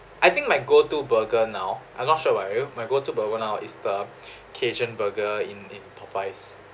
I think my go to burger now I'm not sure why my go to burger now is the cajun burger in in popeyes